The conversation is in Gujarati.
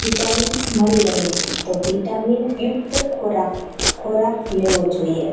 વિટામીન્સ મળી રહે છે તો વિટામિનયુક્ત ખોરાક ખોરાક લેવો જોઈએ